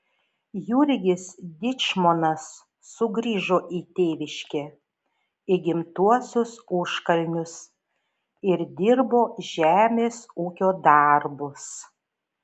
jurgis dyčmonas sugrįžo į tėviškę į gimtuosius užkalnius ir dirbo žemės ūkio darbus